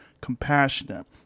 compassionate